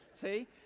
see